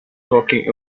talking